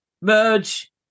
merge